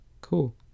cool